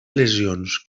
lesions